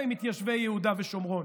לכאורה,